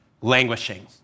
Languishing